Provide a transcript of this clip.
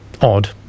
odd